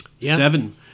Seven